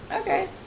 Okay